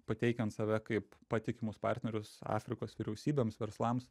pateikiant save kaip patikimus partnerius afrikos vyriausybėms verslams